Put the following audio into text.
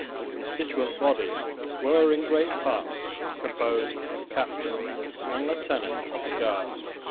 the constituent bodies were in great part composed of captains and lieutenants of the guards.